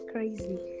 Crazy